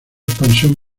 expansión